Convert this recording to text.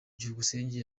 byukusenge